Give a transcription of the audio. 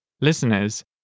Listeners